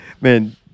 man